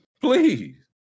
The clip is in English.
please